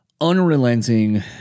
unrelenting